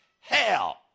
hell